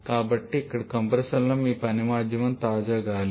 కాబట్టి ఇక్కడ కంప్రెసర్లో మీ పని మాధ్యమం తాజా గాలి